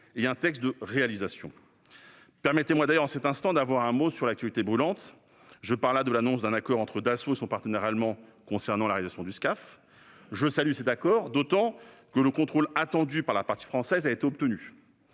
et de réalisation. Permettez-moi d'ailleurs de dire un mot d'une actualité brûlante : l'annonce d'un accord entre Dassault et son partenaire allemand pour la réalisation du Scaf. Je salue cet accord, d'autant que le contrôle attendu par la partie française a été obtenu.